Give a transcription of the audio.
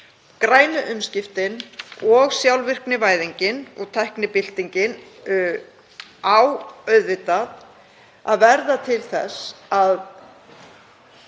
grænu umskiptin og sjálfvirknivæðinguna. Tæknibyltingin á auðvitað að verða til þess að